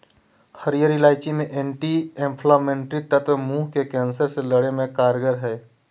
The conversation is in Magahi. हरीयर इलायची मे एंटी एंफलामेट्री तत्व मुंह के कैंसर से लड़े मे कारगर हई